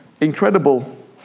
incredible